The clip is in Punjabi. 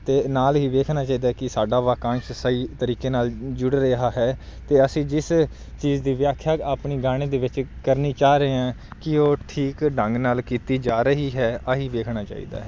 ਅਤੇ ਨਾਲ ਹੀ ਵੇਖਣਾ ਚਾਹੀਦਾ ਕਿ ਸਾਡਾ ਵਾਕੰਸ਼ ਸਹੀ ਤਰੀਕੇ ਨਾਲ ਜੁੜ ਰਿਹਾ ਹੈ ਅਤੇ ਅਸੀਂ ਜਿਸ ਚੀਜ਼ ਦੀ ਵਿਆਖਿਆ ਆਪਣੀ ਗਾਣੇ ਦੇ ਵਿੱਚ ਕਰਨੀ ਚਾਅ ਰਹੇ ਹਾਂ ਕੀ ਉਹ ਠੀਕ ਢੰਗ ਨਾਲ ਕੀਤੀ ਜਾ ਰਹੀ ਹੈ ਇਹ ਹੀ ਵੇਖਣਾ ਚਾਹੀਦਾ ਹੈ